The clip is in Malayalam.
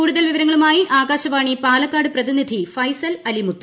കൂടുതൽ വിവരങ്ങളുമായി ആകാശവാണി പാലക്കാട് പ്രതിനിധി ഫൈസൽ അലിമുത്ത്